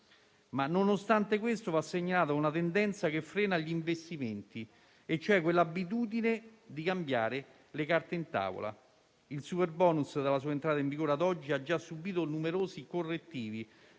Ma, nonostante questo, va segnalata una tendenza che frena gli investimenti. Mi riferisco all'abitudine di cambiare le carte in tavola. Il superbonus, dalla sua entrata in vigore a oggi, ha già subito numerosi correttivi,